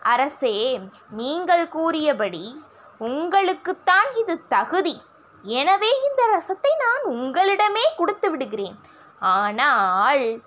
அரசே நீங்கள் கூறியபடி உங்களுக்குத் தான் இது தகுதி எனவே இந்த ரசத்தை நான் உங்களிடமே கொடுத்துவிடுகிறேன் ஆனால்